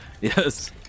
Yes